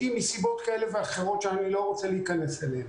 מסיבות כאלה ואחרות שאני לא רוצה להיכנס אליהן.